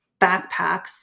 backpacks